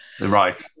Right